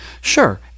Sure